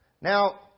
Now